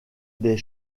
des